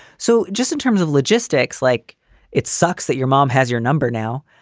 so just in terms of logistics, like it sucks that your mom has your number now,